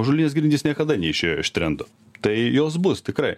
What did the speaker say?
ažuolinės grindis niekada neišėjo iš trendo tai jos bus tikrai